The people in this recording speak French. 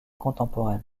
contemporaine